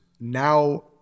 Now